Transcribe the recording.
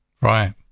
Right